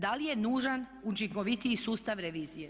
Da li je nužan učinkovitiji sustav revizije?